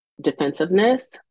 defensiveness